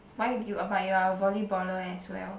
why do you but you are a volleyballer as well